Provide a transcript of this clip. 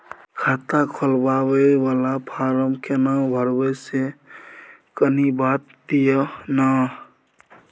खाता खोलैबय वाला फारम केना भरबै से कनी बात दिय न?